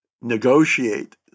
negotiate